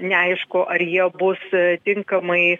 neaišku ar jie bus tinkamai